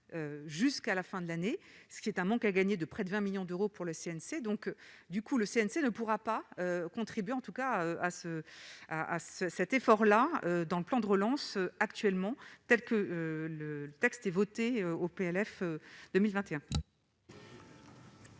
jusqu'à la fin de l'année, ce qui est un manque à gagner de près de 20 millions d'euros pour le CNC, donc du coup, le CNC ne pourra pas contribuer, en tout cas à ce à à cet effort-là dans le plan de relance actuellement, telles que le texte est voté au PLF 2021.